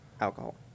alcohol